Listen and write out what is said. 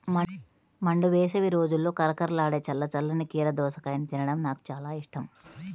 మండు వేసవి రోజుల్లో కరకరలాడే చల్ల చల్లని కీర దోసకాయను తినడం నాకు చాలా ఇష్టం